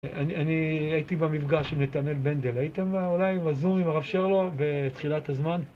הייתי במפגש עם נתנאל בנדל, הייתם אולי בזום עם הרב שרלו בתחילת הזמן?